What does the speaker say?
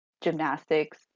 gymnastics